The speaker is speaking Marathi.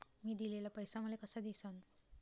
मी दिलेला पैसा मले कसा दिसन?